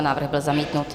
Návrh byl zamítnut.